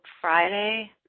Friday